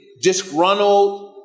disgruntled